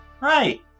Right